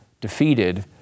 defeated